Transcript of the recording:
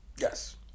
yes